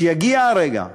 שיגיע הרגע,